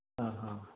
ആ ഹ